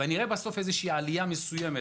אנחנו גם נראה איזושהי עלייה מסוימת